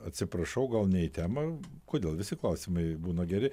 atsiprašau gal ne į temą kodėl visi klausimai būna geri